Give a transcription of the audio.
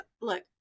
look